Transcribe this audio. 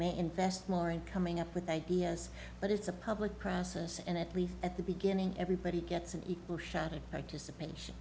may invest more in coming up with ideas but it's a public process and at least at the beginning everybody gets an equal shot of participation